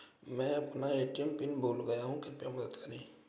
मैं अपना ATM pin भूल गया हूँ कृपया मदद करें